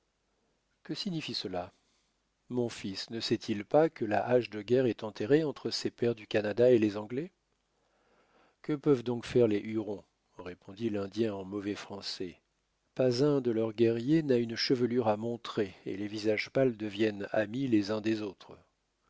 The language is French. que signifie cela mon fils ne sait-il pas que la hache de guerre est enterrée entre ses pères du canada et les anglais que peuvent donc faire les hurons répondit l'indien en mauvais français pas un de leurs guerriers n'a une chevelure à montrer et les visages pâles deviennent amis les uns des autres